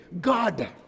God